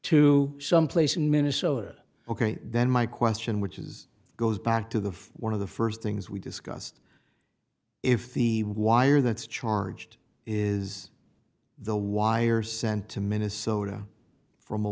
to someplace in minnesota ok then my question which is goes back to the one of the first things we discussed if the wire that's charged is the wire sent to minnesota from a